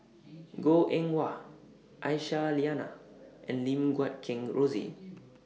Goh Eng Wah Aisyah Lyana and Lim Guat Kheng Rosie